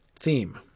theme